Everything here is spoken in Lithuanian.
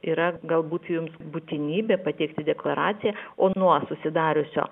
yra galbūt jums būtinybė pateikti deklaraciją o nuo susidariusio